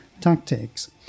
tactics